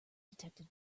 detected